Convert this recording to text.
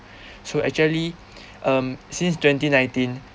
so actually um since twenty nineteen